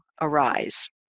arise